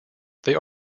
these